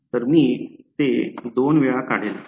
तर मी ते दोन वेळा काढेल